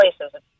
places